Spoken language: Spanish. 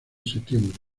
septiembre